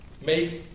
make